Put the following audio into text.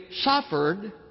suffered